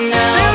now